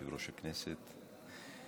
יושב-ראש הכנסת,